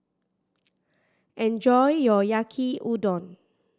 enjoy your Yaki Udon